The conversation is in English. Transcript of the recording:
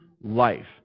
life